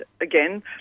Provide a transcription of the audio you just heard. again